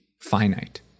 finite